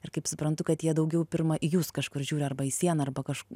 ir kaip suprantu kad jie daugiau pirma į jus kažkur žiūri arba į sieną arba kažkur